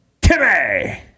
Timmy